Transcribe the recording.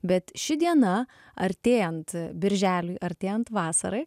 bet ši diena artėjant birželiui artėjant vasarai